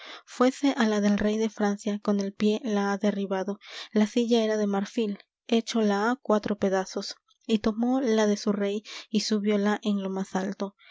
fuése á la del rey de francia con el pié la ha derribado la silla era de marfil hecho la ha cuatro pedazos y tomó la de su rey y subióla en lo más alto